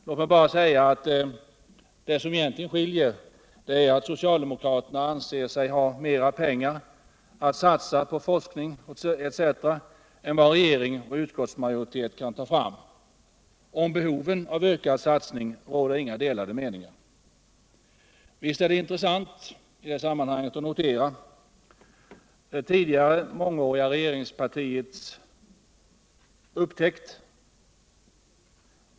Låt mig bara säga att det som egentligen skiljer är att socialdemokraterna anser sig ha mera pengar att satsa på forskning etc. än regeringen och utskottsmajoriteten kan ta fram. Om behovet av ökad satsning råder inga delade meningar. I det sammanhanget är det intressant att notera vad det tidigare mångåriga regeringspartiet upptäckt.